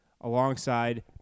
alongside